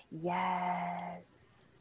yes